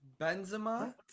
Benzema